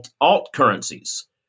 alt-currencies